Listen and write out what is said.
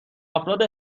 افراد